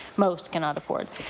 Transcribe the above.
most cannot afford.